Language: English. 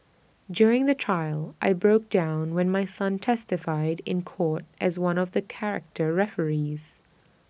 during the trial I broke down when my son testified in court as one of the character referees